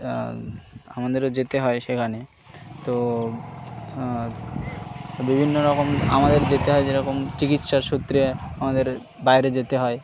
আমাদেরও যেতে হয় সেখানে তো বিভিন্ন রকম আমাদের যেতে হয় যেরকম চিকিৎসার সূত্রে আমাদের বাইরে যেতে হয়